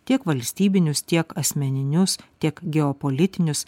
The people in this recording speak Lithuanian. tiek valstybinius tiek asmeninius tiek geopolitinius